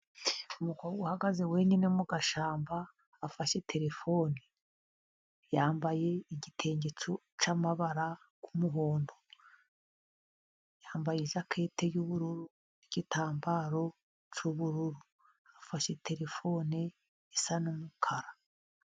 Umukobwa uhagaze wenyine mu gashyamba, afashe telefone ,yambaye igitenge cy'amabara y'umuhondo yambaye ijakete y'ubururu ,igitambaro cy'ubururu, afashe telefone isa n'umukara.